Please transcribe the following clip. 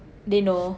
they know